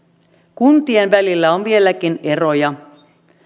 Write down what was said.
kuntien välillä on vieläkin eroja